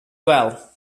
well